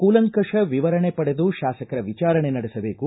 ಕೂಲಂಕಷ್ನ ವಿವರಣೆ ಪಡೆದು ಶಾಸಕರ ವಿಚಾರಣೆ ನಡೆಸಬೇಕು